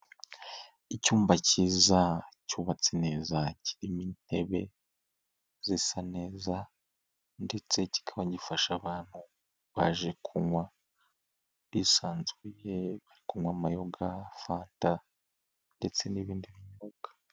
Icyumba cyiza cyubatse neza, kirimo intebe zisa neza, ndetse kika gifasha abantu baje kunywa bisanzwe, kunywa amayoga, fanta, ndetse n'ibindi binyobwa.